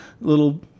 little